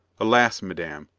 alas, madame,